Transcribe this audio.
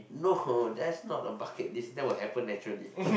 no that's not a bucket list that will happen actually